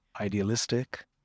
idealistic